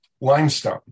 limestone